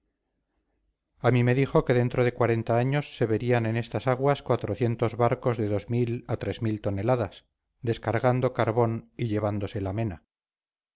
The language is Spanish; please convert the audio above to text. a mí me dijo que dentro de cuarenta años se verían en estas aguas cuatrocientos barcos de dos mil a tres mil toneladas descargando carbón y llevándose la mena